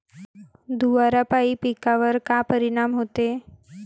धुवारापाई पिकावर का परीनाम होते?